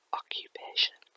occupation